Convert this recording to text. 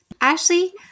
Ashley